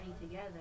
together